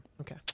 okay